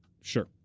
Sure